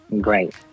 Great